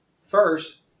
first